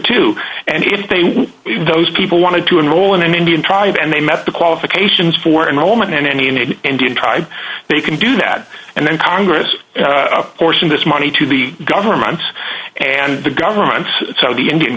too and if they want those people wanted to enroll in an indian tribe and they met the qualifications for a moment any in an indian tribe they can do that and then congress forcing this money to be governments and the governments so the indian